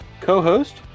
co-host